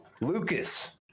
lucas